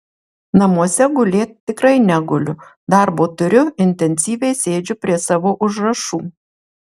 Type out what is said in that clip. namuose gulėt tikrai neguliu darbo turiu intensyviai sėdžiu prie savo užrašų